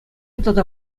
тата